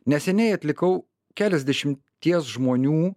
neseniai atlikau keliasdešimties žmonių